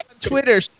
Twitter